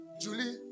Julie